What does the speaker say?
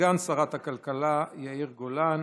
סגן שרת הכלכלה יאיר גולן.